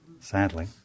sadly